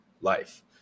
life